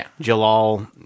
Jalal